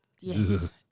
yes